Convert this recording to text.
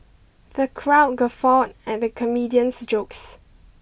the crowd guffawed at the comedian's jokes